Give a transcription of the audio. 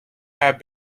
had